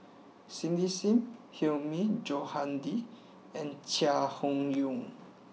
Cindy Sim Hilmi Johandi and Chai Hon Yoong